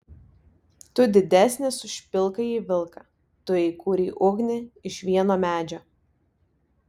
tu didesnis už pilkąjį vilką tu įkūrei ugnį iš vieno medžio